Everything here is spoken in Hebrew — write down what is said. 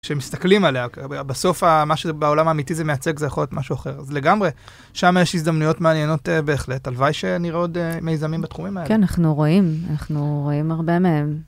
כשמסתכלים עליה, בסוף מה שבעולם האמיתי זה מייצג זה יכול להיות משהו אחר. אז לגמרי, שם יש הזדמנויות מעניינות בהחלט. הלוואי שנראה עוד מיזמים בתחומים האלה. כן, אנחנו רואים. אנחנו רואים הרבה מהם.